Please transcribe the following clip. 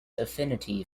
affinity